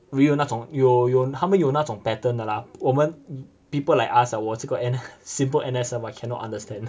有那种有有他们有那种 pattern 的 lah 我们 people like us ah 我这个 N_S simple N_S I cannot understand